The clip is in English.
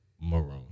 Maroon